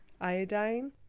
iodine